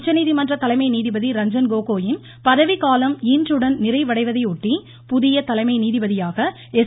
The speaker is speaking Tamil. உச்சநீதிமன்ற தலைமை நீதிபதி ரஞ்சன் கோகோயின் பதவிக்காலம் இன்றுடன் நிறைவடையொட்டி நீதிபதியாக புதிய தலைமை எஸ்